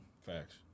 Facts